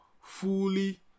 fully